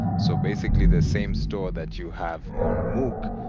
so basically, the same store that you have on mookh,